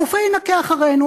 הרופא ינקה אחרינו.